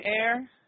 air